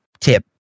tip